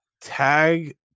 tag